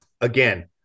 Again